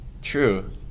True